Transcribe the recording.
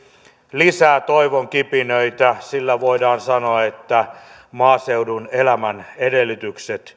lisää toivon kipinöitä sillä voidaan sanoa että maaseudun elämän edellytykset